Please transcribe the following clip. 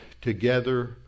together